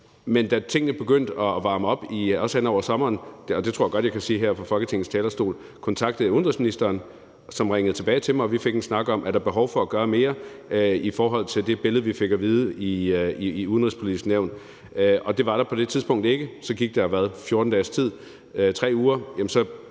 at da tingene begyndte at varme op, også hen over sommeren, og det tror jeg godt jeg kan sige her fra Folketingets talerstol, kontaktede jeg udenrigsministeren, som ringede tilbage til mig, og vi fik en snak om, om der var behov for at gøre mere i forhold til det billede, vi fik forelagt i Det Udenrigspolitiske Nævn, og det var der på det tidspunkt ikke. Så gik der, hvad, 14 dages tid eller 3 uger, og så